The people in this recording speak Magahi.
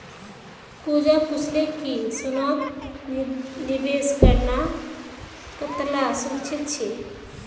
पूजा पूछले कि सोनात निवेश करना कताला सुरक्षित छे